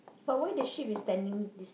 but why the sheep is standing this